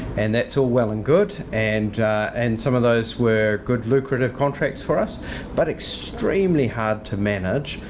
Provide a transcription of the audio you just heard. and that's all well and good and and some of those were good lucrative contracts for us but extremely hard to manage.